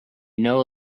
know